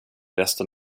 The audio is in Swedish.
resten